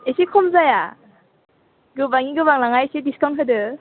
एसे खम जाया गोबाङै गोबां लाङा एसे डिकाउन्ट होदो